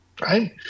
right